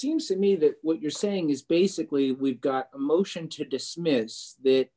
seems to me that what you're saying is basically we've got a motion to dismiss